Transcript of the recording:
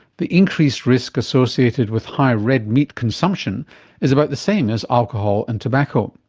the increased risk associated with high red meat consumption is about the same as alcohol and tobacco.